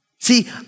See